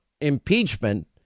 impeachment